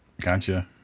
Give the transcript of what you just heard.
gotcha